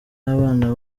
abana